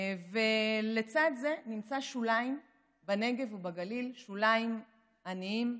ולצד זה נמצא שוליים בנגב ובגליל, שוליים עניים,